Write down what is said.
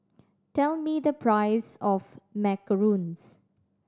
tell me the price of macarons